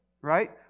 Right